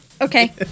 Okay